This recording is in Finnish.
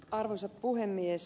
arvoisa puhemies